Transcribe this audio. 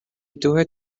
due